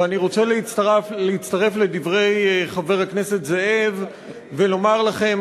ואני רוצה להצטרף לדברי חבר הכנסת זאב ולומר לכם,